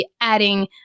adding